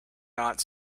not